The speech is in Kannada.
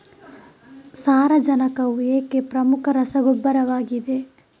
ಸಾರಜನಕವು ಏಕೆ ಪ್ರಮುಖ ರಸಗೊಬ್ಬರವಾಗಿದೆ?